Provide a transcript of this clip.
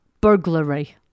burglary